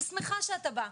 אני שמחה שאתה בא.